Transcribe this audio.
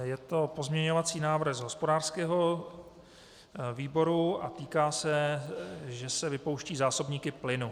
Je to pozměňovací návrh z hospodářského výboru a týká se, že se vypouštějí zásobníky plynu.